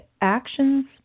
actions